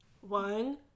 One